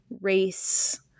race